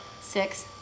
Six